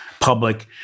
public